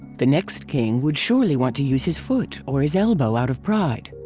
the next king would surely want to use his foot or his elbow out of pride.